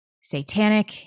satanic